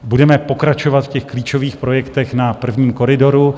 Budeme pokračovat v klíčových projektech na prvním koridoru.